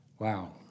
Wow